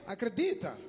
Acredita